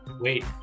Wait